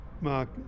Mark